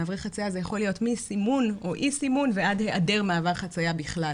זה יכול להיות מסימון או אי סימון ועד היעדר מעבר חציה בכלל.